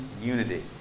unity